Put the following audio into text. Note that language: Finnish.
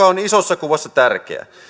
on isossa kuvassa tärkeä